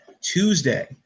Tuesday